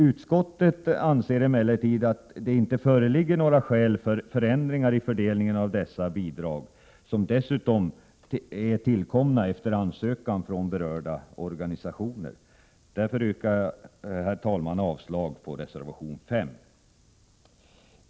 Utskottet anser emellertid inte att det föreligger några skäl för förändringar i fördelningen av dessa bidrag, som dessutom är tillkomna efter ansökan från berörda organisationer. Därför yrkar jag, herr talman, avslag på reservation nr 5.